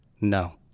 no